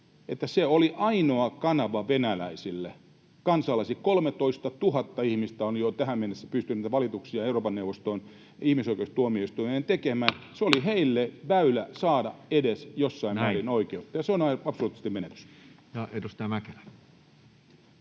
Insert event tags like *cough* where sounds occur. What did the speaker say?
oli ainoa kanava venäläisille, kansalaisille. 13 000 ihmistä on jo tähän mennessä pystynyt niitä valituksia Euroopan neuvoston ihmisoikeustuomioistuimeen tekemään. *noise* Se oli heille väylä saada edes jossain määrin oikeutta, ja se on absoluuttisesti menetys. Ja edustaja Mäkelä.